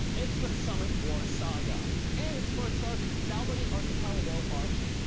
it's the summit wars saga and it's first arc, sabaody archipelago arc.